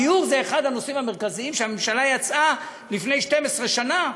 והדיור זה אחד הנושאים המרכזיים שהממשלה יצאה מהם לפני 12 שנה,